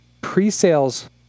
pre-sales